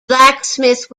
blacksmith